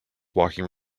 walking